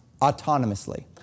autonomously